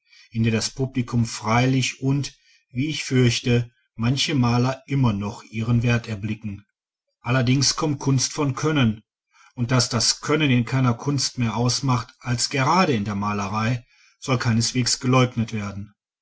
in der das publikum freilich und wie ich fürchte manche maler immer noch ihren wert erblicken allerdings kommt kunst von können und daß das können in keiner kunst mehr ausmacht als grade in der malerei soll keineswegs geleugnet werden